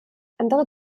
andere